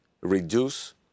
reduce